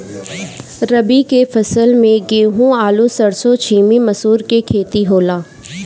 रबी के फसल में गेंहू, आलू, सरसों, छीमी, मसूर के खेती होला